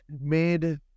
made